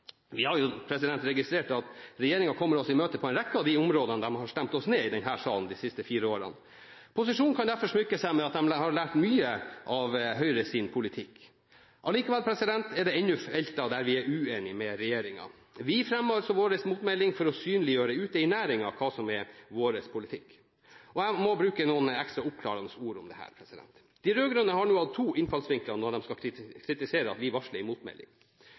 Vi har jo registrert at regjeringen kommer oss i møte på en rekke av de områdene som de har stemt oss ned i denne salen i de siste fire årene. Posisjonen kan derfor smykke seg med at de har lært mye av Høyres politikk. Allikevel er det ennå felter der vi er uenige med regjeringen. Vi fremmer vår motmelding for å synliggjøre ute i næringen hva som er vår politikk. Jeg må bruke noen ekstra oppklarende ord om dette. De rød-grønne har hatt to innfallsvinklinger når de skal kritisere at vi varsler en motmelding.